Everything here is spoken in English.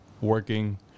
Working